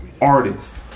artist